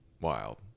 wild